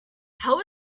how